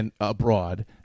abroad